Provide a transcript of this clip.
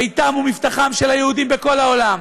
ביתם ומבטחם של היהודים בכל העולם.